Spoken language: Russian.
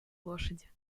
лошади